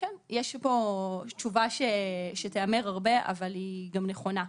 פה תשובה שתיאמר הרבה, אבל היא גם נכונה.